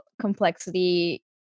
complexity